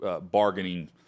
bargaining